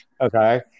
Okay